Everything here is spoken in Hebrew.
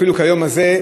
אפילו כיום הזה,